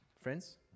friends